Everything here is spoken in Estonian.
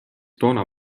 toona